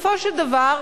בסופו של דבר,